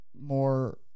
more